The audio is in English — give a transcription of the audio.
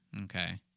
okay